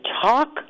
talk